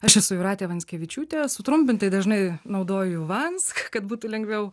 aš esu jūratė vanskevičiūtė sutrumpintai dažnai naudoju vansk kad būtų lengviau